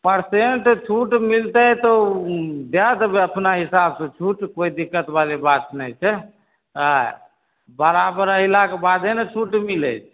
percent छूट मिलतै तऽ ओ दै देबै अपना हिसाब से छूट कोइ दिक्कत बाली बात नहि छै अयलाके बराबर अयलाके बादे ने छूट मिलै छै